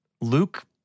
Luke